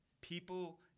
people